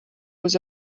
was